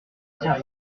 cent